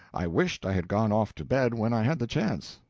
i wished i had gone off to bed when i had the chance.